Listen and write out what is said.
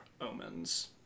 omens